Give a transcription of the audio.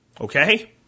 okay